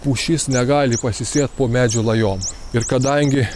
pušis negali pasisėt po medžių lajom ir kadangi